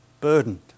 Burdened